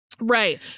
Right